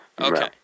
Okay